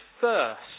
first